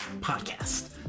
podcast